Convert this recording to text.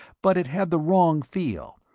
but it had the wrong feel,